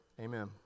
amen